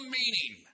meaning